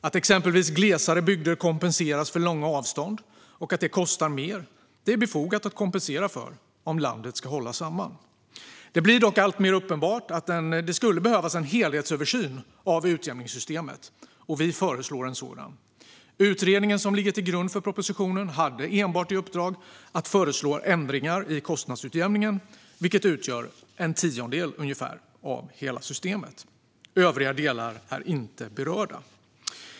Att exempelvis glesare bygder kompenseras för att långa avstånd kostar mer är befogat om landet ska hålla samman. Det blir dock alltmer uppenbart att det skulle behövas en helhetsöversyn av utjämningssystemet. Vi föreslår en sådan. Den utredning som ligger till grund för propositionen hade enbart i uppdrag att föreslå ändringar i kostnadsutjämningen, vilket utgör ungefär en tiondel av hela systemet. Övriga delar är inte berörda.